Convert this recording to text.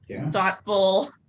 thoughtful